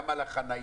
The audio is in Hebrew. גם בנושא החניה,